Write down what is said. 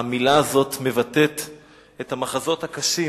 המלה הזאת מבטאת את המחזות הקשים